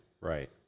right